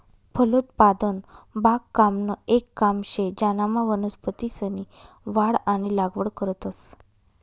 फलोत्पादन बागकामनं येक काम शे ज्यानामा वनस्पतीसनी वाढ आणि लागवड करतंस